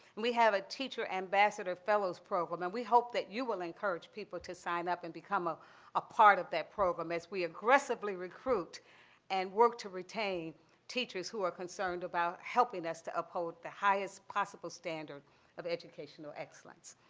and we have a teacher ambassador fellow's program. and we hope that you will encourage people to sign up and become ah a part of that program as we aggressively recruit and work to retain teachers who are concerned about helping us to uphold the highest possible standard of educational excellence.